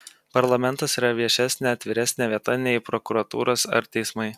parlamentas yra viešesnė atviresnė vieta nei prokuratūros ar teismai